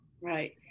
Right